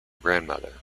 grandmother